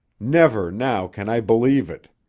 never now can i believe it.